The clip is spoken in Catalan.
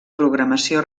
programació